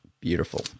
beautiful